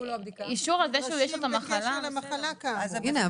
מהזכויות שלו בעקבות אותה מחלה שהוא החלים ממנה.